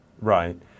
Right